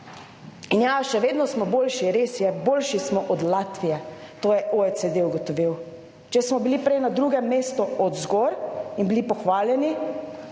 In ja, še vedno smo boljši, res je, boljši smo od Latvije, to je OECD ugotovil. Če smo bili prej na drugem mestu navzgor in bili pohvaljeni,